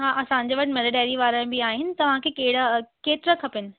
हा असांजे वटि मदर डेरी वारा बि आहिनि तव्हांखे कहिड़ा केतिरा खपनि